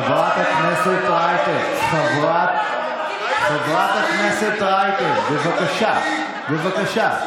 חבר הכנסת רייטן, חברת הכנסת רייטן, בבקשה, בבקשה.